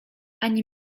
ani